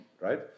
right